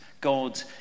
God